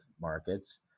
markets